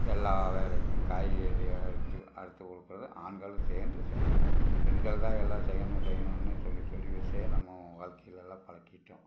எல்லா வேலைக்கும் காய்கறியாக இருக்கட்டும் அதை ஆண்கள் சேர்ந்து செய்யலாம் பெண்கள்தான் எல்லாம் செய்யணும் செய்யணும்னு சொல்லி சொல்லி வச்சே நம்ம வாழ்க்கையில் எல்லாம் பழக்கிவிட்டோம்